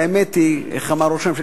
האמת היא, איך אמר ראש הממשלה?